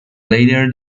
later